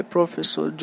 Professor